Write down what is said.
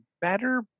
better